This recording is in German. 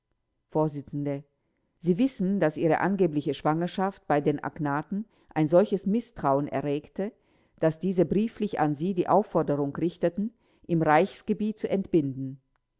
vors sie wissen daß ihre angebliche schwangerschaft bei den agnaten ein solches mißtrauen erregte daß diese brieflich an sie die aufforderung richteten im reichsgebiet zu entbinden